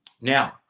Now